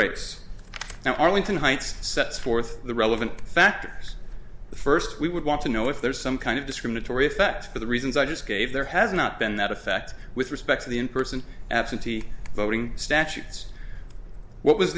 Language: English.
now arlington heights sets forth the relevant factors first we would want to know if there is some kind of discriminatory effect for the reasons i just gave there has not been that effect with respect to the in person absentee voting statutes what was